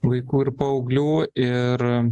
vaikų ir paauglių ir